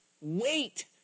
wait